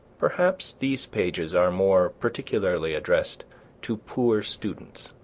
perhaps these pages are more particularly addressed to poor students.